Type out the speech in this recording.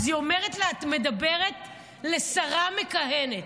אז היא אומרת לה: את מדברת לשרה מכהנת.